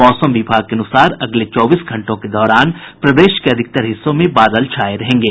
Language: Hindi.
मौसम विभाग के अनुसार अगले चौबीस घंटों के दौरान प्रदेश के अधिकतर हिस्सों में बादल छाये रहेंगे